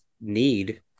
need